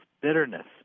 bitterness